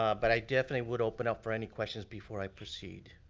um but i definitely would open up for any questions before i proceed.